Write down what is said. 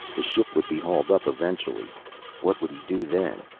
the ship would be hauled up eventually what would he do then?